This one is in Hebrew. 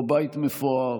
לא בית מפואר,